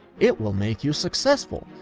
it will make you successful,